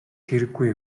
хэрэггүй